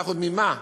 75% ממה?